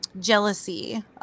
jealousy